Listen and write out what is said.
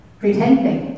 pretending